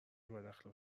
بداخلاق